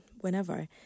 whenever